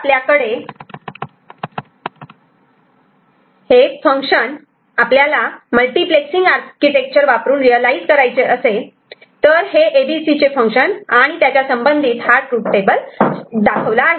जर आपल्याकडे असलेले फंक्शन आपल्याला हे मल्टिप्लेक्सिंग आर्किटेक्चर वापरून रियलायझ करायचे असेल तर हे A B C चे फंक्शन आणि त्याच्या संबंधित हा ट्रूथ टेबल आहे